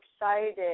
excited